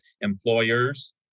employers